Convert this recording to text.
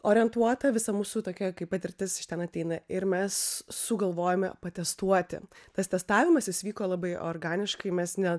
orientuota visa mūsų tokia kaip patirtis iš ten ateina ir mes sugalvojome patestuoti tas testavimas jis vyko labai organiškai mes ne